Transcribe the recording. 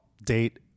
date